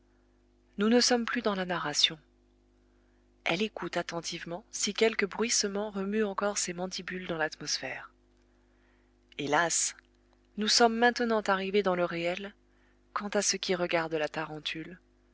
nous ne sommes plus dans la narration elle écoute attentivement si quelque bruissement remue encore ses mandibules dans l'atmosphère hélas nous sommes maintenant arrivés dans le réel quant à ce qui regarde la tarentule